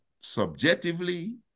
subjectively